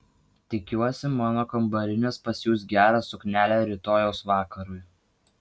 tikiuosi mano kambarinės pasiūs gerą suknelę rytojaus vakarui